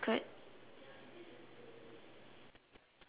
no